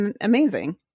amazing